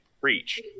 preach